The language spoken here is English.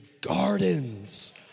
gardens